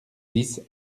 dix